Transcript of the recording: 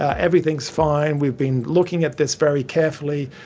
everything's fine, we've been looking at this very carefully,